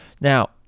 Now